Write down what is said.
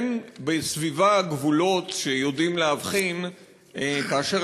אין בסביבה גבולות שיודעים להבחין כאשר